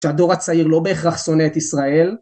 כשהדור הצעיר לא בהכרח שונא את ישראל?